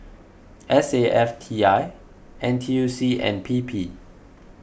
S A F T I N T U C and P P